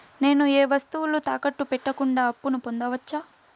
నేను ఏ వస్తువులు తాకట్టు పెట్టకుండా అప్పును పొందవచ్చా?